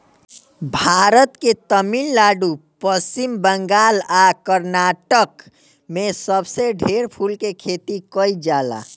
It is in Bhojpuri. भारत के तमिलनाडु, पश्चिम बंगाल आ कर्नाटक में सबसे ढेर फूल के खेती कईल जाला